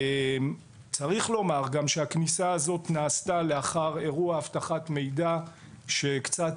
צריך לומר גם שהכניסה הזאת נעשתה לאחר אירוע אבטחת מידע שקצת